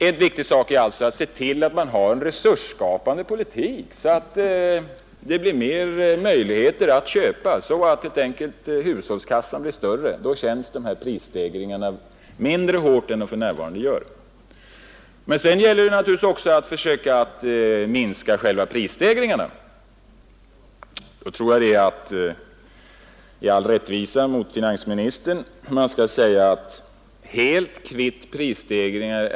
En viktig sak är alltså att se till att man har en resursskapande politik, så att hushållskassan blir större och vi får större möjligheter att köpa; då känns prisstegringarna mindre hårt än de för närvarande gör. Men sedan gäller det naturligtvis också att försöka minska själva prisstegringarna. I rättvisa mot finansministern tror jag att man bör säga att det är mycket svårt att bli helt kvitt prisstegringarna.